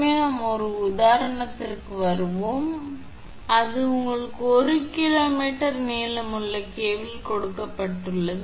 எனவே அடுத்து நாம் ஒரு உதாரணத்திற்கு வருவோம் 7 அது உங்களுக்கு 1 கிலோமீட்டர் நீளமுள்ள கேபிள் கொடுக்கப்பட்டுள்ளது